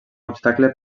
obstacle